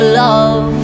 love